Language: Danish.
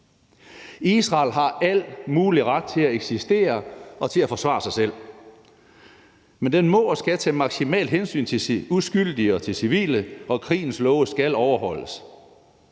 Israel har al mulig ret til at eksistere og til at forsvare sig selv, men må og skal tage maksimalt hensyn til uskyldige og til civile, og krigens love skal overholdes.